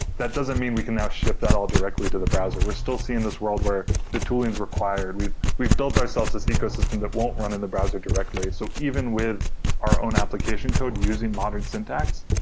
that doesn't mean we can now ship that all directly to the browser. we're still seeing this world where the tooling is required. we've we've built ourselves this ecosystem that won't run in the browser directly. so even with our own application code using modern syntax,